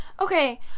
Okay